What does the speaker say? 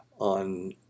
on